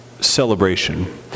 celebration